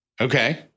Okay